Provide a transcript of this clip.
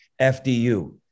FDU